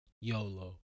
YOLO